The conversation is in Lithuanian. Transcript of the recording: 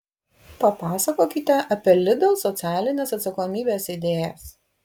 papasakokite apie lidl socialinės atsakomybės idėjas